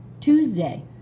Tuesday